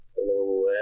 Hello